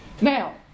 Now